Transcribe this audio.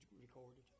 recorded